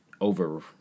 over